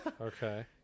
okay